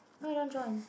why you not join